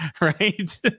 right